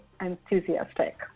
enthusiastic